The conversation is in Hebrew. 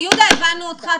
יהודה, אני מבקשת.